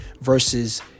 versus